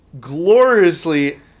gloriously